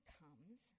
comes